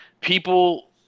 people